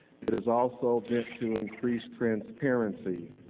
it is also meant to increase transparency,